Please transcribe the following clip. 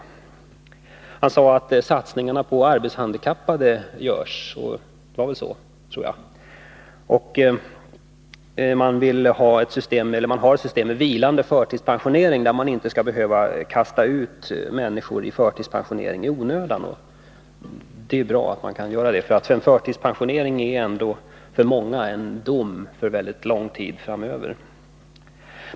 Arbetsmarknadsministern sade att satsningar görs på arbetshandikappade —- jag tror han formulerade det så. Man har ett system med vilande förtidspensionering. Man skall inte behöva kasta ut människor i förtidspensionering i onödan. Det är bra, för en förtidspensionering är för många en dom för lång tid framåt.